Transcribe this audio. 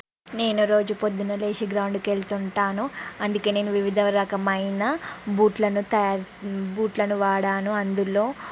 నేను రోజు పొద్దున్నే లేచి గ్రౌండ్కి వెళ్తుంటాను అందుకే నేను వివిధ రకమైన బూట్లను తయా బూట్లను వాడాను అందులో